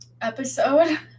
episode